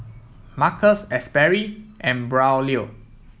Marcus Asberry and Braulio